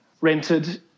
rented